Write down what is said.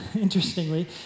interestingly